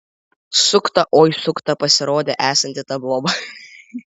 sukta oi sukta pasirodė esanti ta boba